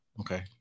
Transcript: Okay